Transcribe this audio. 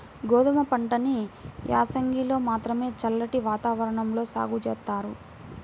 గోధుమ పంటని యాసంగిలో మాత్రమే చల్లటి వాతావరణంలో సాగు జేత్తారు